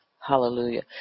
Hallelujah